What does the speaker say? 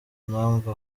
impamvu